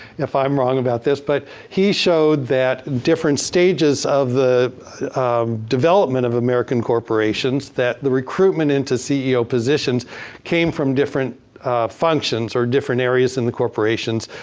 if i'm wrong about this. but he showed that different stages of the development of american corporations that the recruitment into ceo positions came from different functions or different areas in the corporations,